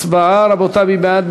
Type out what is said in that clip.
הצבעה, רבותי, מי בעד?